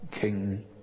King